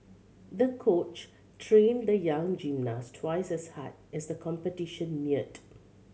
the coach trained the young gymnast twice as hard as the competition neared